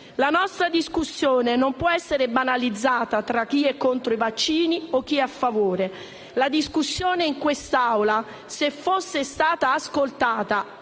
La nostra discussione non può essere banalizzata tra chi è contro i vaccini e chi è a favore. La discussione in quest'Aula, se fosse stata ascoltata